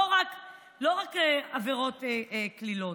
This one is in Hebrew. לא רק עבירות קלילות,